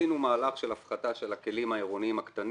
עשינו מהלך של הפחתה של הכלים העירוניים הקטנים,